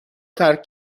ترک